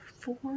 four